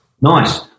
Nice